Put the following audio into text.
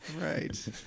Right